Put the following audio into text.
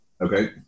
Okay